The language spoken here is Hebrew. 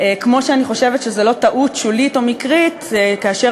כמו שאני חושבת שזאת לא טעות שולית או מקרית שכאשר